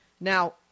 Now